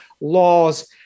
laws